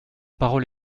parole